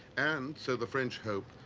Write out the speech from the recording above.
and, so the french hope,